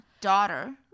daughter